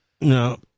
No